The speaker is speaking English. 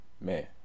man